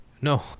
No